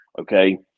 okay